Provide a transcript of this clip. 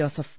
Joseph